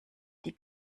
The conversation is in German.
die